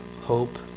hope